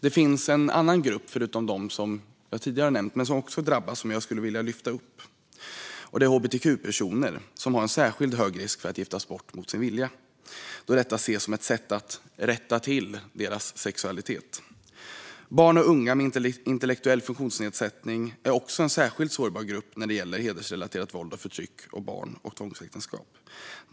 Det finns en annan grupp förutom de som jag tidigare nämnt som också drabbas och som jag skulle vilja lyfta upp, och det är hbtq-personer. För dem finns det en särskilt stor risk att giftas bort mot sin vilja då detta ses som ett sätt att så att säga rätta till deras sexualitet. Barn och unga med intellektuell funktionsnedsättning är också en särskilt sårbar grupp när det gäller hedersrelaterat våld och förtryck och barn och tvångsäktenskap.